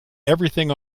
everything